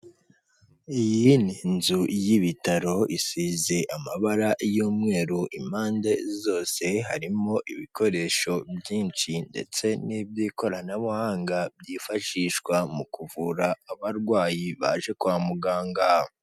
Iyi ni inzu y'ibitaro isize amabara y'umweru, impande zose harimo ibikoresho byinshi ndetse n'iby'ikoranabuhanga byifashishwa mu kuvura abarwayi baje kwa muganga.